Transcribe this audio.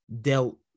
dealt